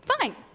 fine